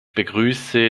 begrüße